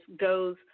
goes